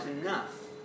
enough